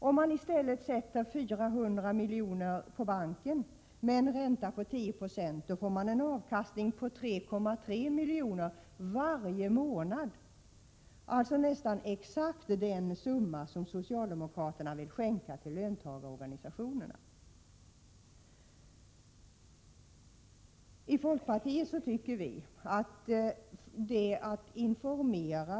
Om nd stället sätter in 400 milj. på iked med en ränta på Te8longigmyndigheter 10 96 får man en avkastning på 3,3 milj.kr. varje månad — alltså nästan exakt fe Sender d ialdemokraterna vill skänka till löntagarorganisatione; len summa socialdemokraterna vill skänka till löntagarorg; rna.